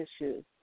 issues